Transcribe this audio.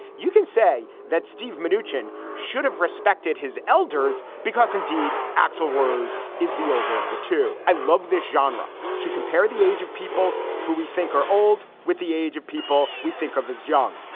you can say that steve manoogian should have respected his elders because indeed, axl rose is the older of the two. i love this genre to compare the age of people who we think are old with the age of people we think of as young.